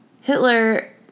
Hitler